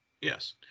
yes